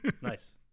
Nice